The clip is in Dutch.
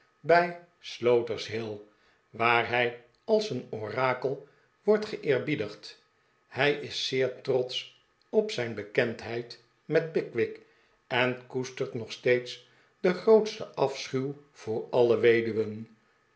bij slooters hill waar hij als een orakel wordt geeerbiedigd hij is zeer trotsch op zijn bekendheid met pickwick en koestert nog steeds den groo'tsten afschuw voor alle weduwen